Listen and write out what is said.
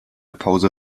pause